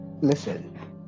Listen